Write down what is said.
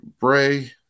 Bray